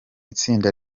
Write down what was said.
itsinda